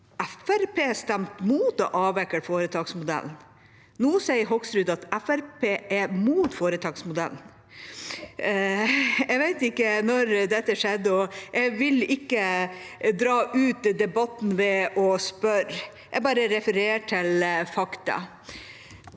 stemte mot å avvikle foretaksmodellen. Nå sier Hoksrud at Fremskrittspartiet er mot foretaksmodellen. Jeg vet ikke når dette skjedde, og jeg vil ikke dra ut debatten ved å spørre. Jeg bare refererer til fakta.